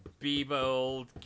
Bebold